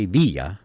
via